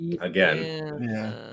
Again